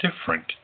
different